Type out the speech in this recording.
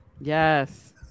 Yes